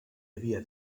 havia